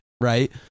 right